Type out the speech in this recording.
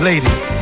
Ladies